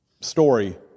story